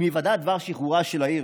עם היוודע דבר שחרורה של העיר,